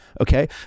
Okay